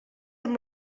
amb